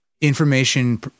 information